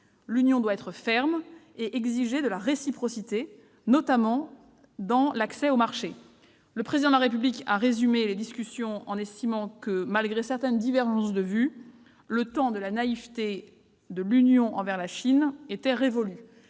L'Union doit être ferme et exiger de la réciprocité, notamment dans l'accès aux marchés. Le Président de la République a résumé les discussions en estimant que, malgré certaines divergences de vue, « le temps de la naïveté de l'Union envers la Chine était révolu